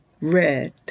red